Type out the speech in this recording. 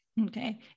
Okay